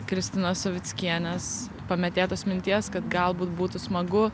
kristinos savickienės pametėtos minties kad galbūt būtų smagu